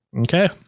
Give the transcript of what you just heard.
Okay